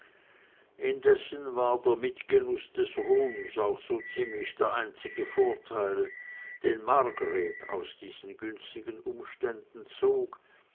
indessen war der mitgenuß des ruhms auch so ziemlich der einzige vorteil den margreth aus diesen günstigen umständen zog